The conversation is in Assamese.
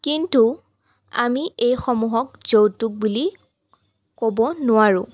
কিন্তু আমি এইসমূহক যৌতুক বুলি ক'ব নোৱাৰোঁ